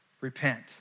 Repent